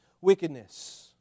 wickedness